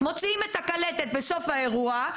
מוציאים את הקלטת באותו האירוע,